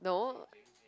no